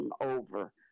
over